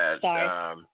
Sorry